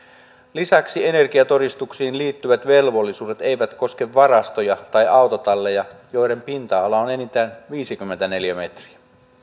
lisäksi energiatodistuksiin liittyvät velvollisuudet eivät koske varastoja tai autotalleja joiden pinta ala on enintään viisikymmentä neliömetriä